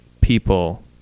people